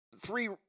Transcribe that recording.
three